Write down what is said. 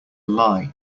lie